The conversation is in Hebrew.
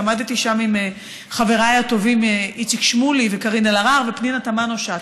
עמדתי שם עם חבריי הטובים איציק שמולי וקארין אלהרר ופנינה תמנו-שטה,